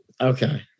Okay